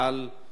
סבל רב,